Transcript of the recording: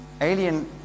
alien